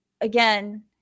again